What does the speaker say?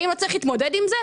אז האם לא צריך להתמודד עם זה?